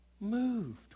moved